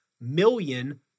million